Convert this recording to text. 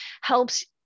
helps